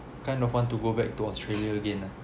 kind of want to go back to australia again ah